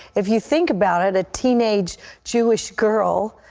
if you think about it, a teenaged jewish girl,